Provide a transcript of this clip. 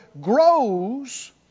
grows